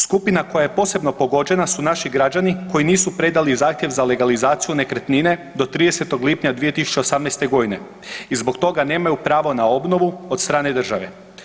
Skupina koja je posebno pogođena su naši građani koji nisu predali zahtjev za legalizaciju nekretnine do 30. lipnja 2018.g. i zbog toga nemaju pravo na obnovu od strane države.